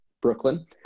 Brooklyn